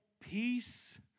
peace